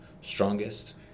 strongest